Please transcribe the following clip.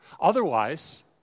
Otherwise